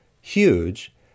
huge